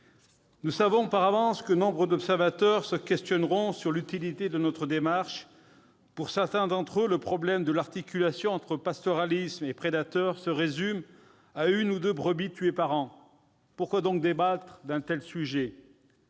Nous savons par avance que nombre d'observateurs s'interrogeront sur l'utilité de notre démarche. Pour certains d'entre eux, le problème de l'articulation entre pastoralisme et prédateurs se résume à une ou deux brebis tuées par an ... Pourquoi donc débattre d'un tel sujet ?